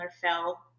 fell